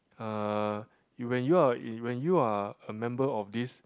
uh you when you are when you are a member of this